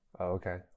Okay